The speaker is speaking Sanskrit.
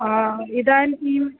आ इदानीम्